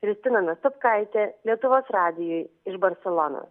kristina nastopkaitė lietuvos radijui iš barselonos